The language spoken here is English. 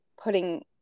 putting